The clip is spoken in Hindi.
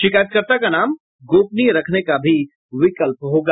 शिकायतकर्ता का नाम गोपनीय रखने का भी विकल्प होगा